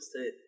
state